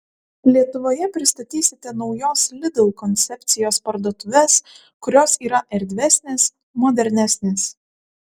lietuvoje pristatysite naujos lidl koncepcijos parduotuves kurios yra erdvesnės modernesnės